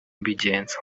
mbigenza